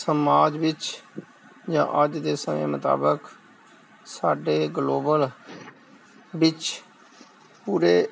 ਸਮਾਜ ਵਿੱਚ ਜਾਂ ਅੱਜ ਦੇ ਸਮੇਂ ਮੁਤਾਬਿਕ ਸਾਡੇ ਗਲੋਬਲ ਵਿੱਚ ਪੂਰੇ